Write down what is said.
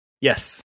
Yes